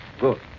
Good